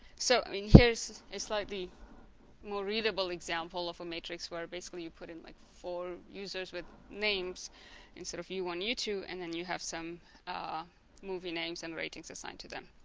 so i mean here's a slightly more readable example of a matrix where basically you put in like four users with names instead of u one u two and then you have some ah movie names and ratings assigned to them